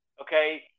Okay